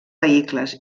vehicles